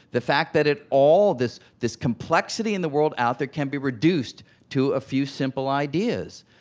the fact that it all this this complexity in the world out there can be reduced to a few simple ideas.